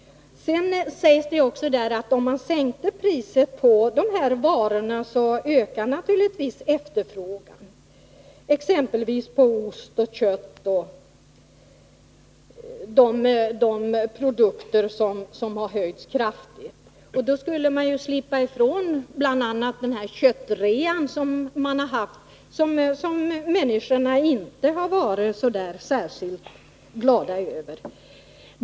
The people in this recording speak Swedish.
Men LRF säger vidare att om man sänkte priset på dessa varor, skulle naturligtvis efterfrågan öka på exempelvis ost, kött och de andra produkter som har höjts kraftigt. Då skulle vi slippa bl.a. den här köttrean som förekommit och som människorna inte har varit så särskilt glada över.